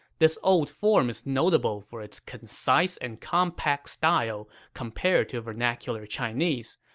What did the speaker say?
this old form is notable for its concise and compact style compared to vernacular chinese.